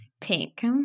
Pink